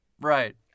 right